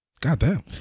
Goddamn